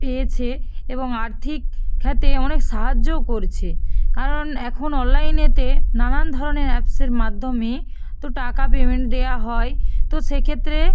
পেয়েছে এবং আর্থিক খাতে অনেক সাহায্যও করছে কারণ এখন অনলাইনেতে নানান ধরনের অ্যাপসের মাধ্যমে তো টাকা পেমেন্ট দেওয়া হয় তো সেক্ষেত্রে